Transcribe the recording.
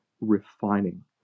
refining